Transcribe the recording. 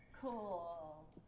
Cool